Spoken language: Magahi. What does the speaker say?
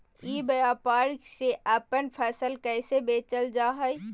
ई व्यापार से अपन फसल कैसे बेचल जा हाय?